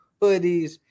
hoodies